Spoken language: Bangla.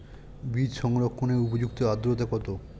বীজ সংরক্ষণের উপযুক্ত আদ্রতা কত?